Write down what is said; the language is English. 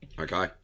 okay